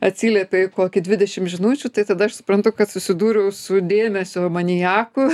atsiliepė į kokį dvidešim žinučių tai tada aš suprantu kad susidūriau su dėmesio maniaku